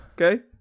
Okay